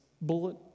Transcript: bullet